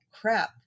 crap